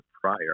prior